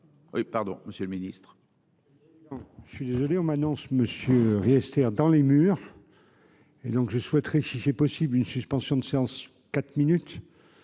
Pardon monsieur le ministre. Je suis désolé, on m'annonce Monsieur Riester dans les murs. Et donc je souhaiterais si c'est possible une suspension de séance. Quatre minutes.